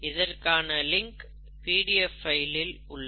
இதற்கான link PDF இல் உள்ளது